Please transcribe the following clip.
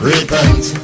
Repent